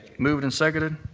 moved and seconded.